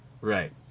right